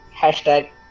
Hashtag